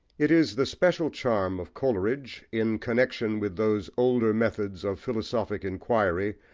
it is the special charm of coleridge, in connexion with those older methods of philosophic inquiry,